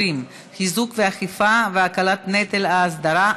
20) (חיזוק האכיפה והקלת נטל האסדרה),